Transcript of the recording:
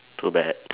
too bad